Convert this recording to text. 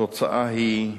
התוצאה היא,